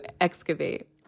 excavate